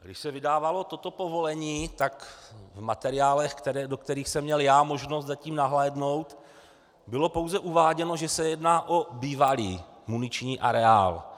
Když se vydávalo toto povolení, tak v materiálech, do kterých jsem měl já možnost zatím nahlédnout, bylo pouze uváděno, že se jedná o bývalý muniční areál.